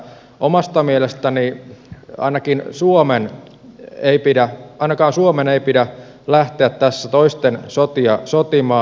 omasta mielestään ei ainakin suomeen ei mielestäni ainakaan suomen ei pidä lähteä tässä toisten sotia sotimaan